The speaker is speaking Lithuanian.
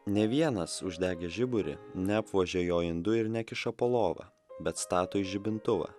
nė vienas uždegęs žiburį neapvožia jo indu ir nekiša po lova bet stato į žibintuvą